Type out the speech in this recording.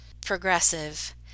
Progressive